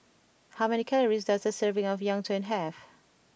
how many calories does a serving of Yuen Tang have